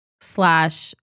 Slash